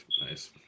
nice